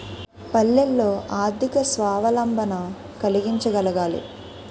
పల్లెల్లో ఆర్థిక స్వావలంబన కలిగించగలగాలి